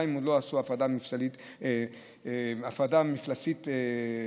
גם אם לא עשו הפרדה מפלסית מושלמת.